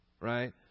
right